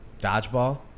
Dodgeball